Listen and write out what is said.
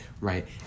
right